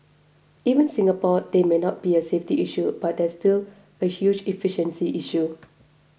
even Singapore there may not be a safety issue but there is still a huge efficiency issue